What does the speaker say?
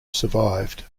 survived